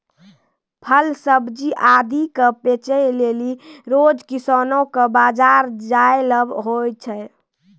फल सब्जी आदि क बेचै लेलि रोज किसानो कॅ बाजार जाय ल होय छै